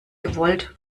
gewollt